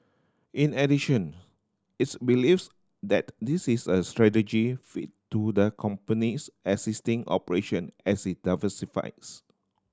in addition its believes that this is a strategy fit to the company's existing operation as it diversifies